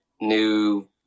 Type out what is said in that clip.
new